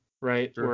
right